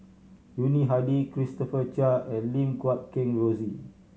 Yuni Hadi Christopher Chia and Lim Guat Kheng Rosie